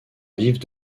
vivre